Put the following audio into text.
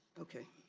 okay,